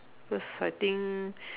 because I think